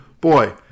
boy